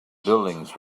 buildings